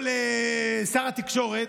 או שר התקשורת,